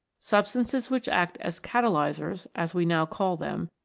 substances which act as cata lysers, as we now call them,